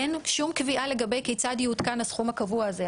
אין שום קביעה לגבי כיצד יעודכן הסכום הקבוע הזה,